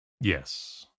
yes